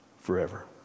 forever